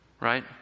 right